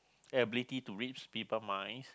ability to read people minds